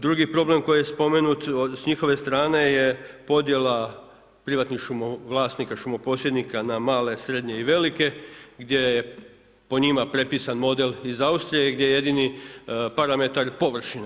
Drugi problem koji je spomenut s njihove strane je podjela privatnih šumovlasnika, šumoposjednika na male, srednje i velike gdje je po njima prepisan model iz Austrije gdje je jedini parametar površina.